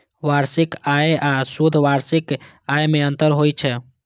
वार्षिक आय आ शुद्ध वार्षिक आय मे अंतर होइ छै